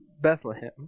Bethlehem